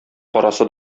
карасы